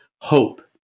Hope